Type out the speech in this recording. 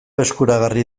eskuragarri